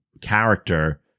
character